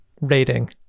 rating